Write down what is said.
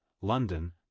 London